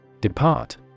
Depart